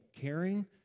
caring